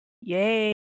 Yay